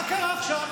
מה קרה עכשיו?